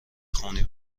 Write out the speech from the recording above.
خونی